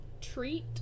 Treat